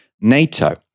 NATO